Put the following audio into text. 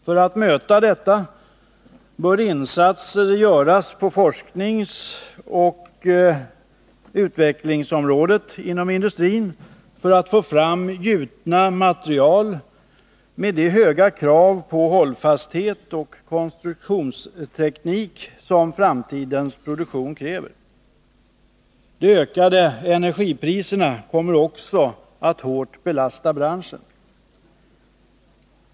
För att möta detta bör insatser göras på forskningsoch utvecklingsområdet inom industrin för att få fram gjutna material som svarar mot de höga krav på hållfasthet och konstruktionsteknik som framtidens produktion ställer. De ökade energipriserna kommer också att hårt belasta branschen.